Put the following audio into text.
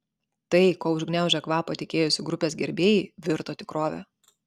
tai ko užgniaužę kvapą tikėjosi grupės gerbėjai virto tikrove